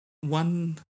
one